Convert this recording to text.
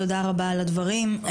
תודה רבה על הדברים.